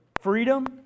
freedom